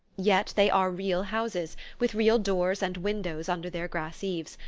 yet they are real houses, with real doors and windows under their grass-eaves,